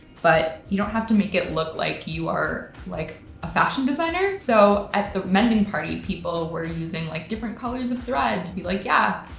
but you don't have to make it look like you are like a fashion designer. so at the mending party, people were using like different colors of thread to be like, yeah,